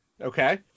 okay